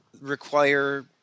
require